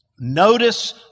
Notice